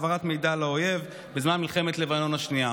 העברת מידע לאויב בזמן מלחמת לבנון השנייה,